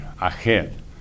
ahead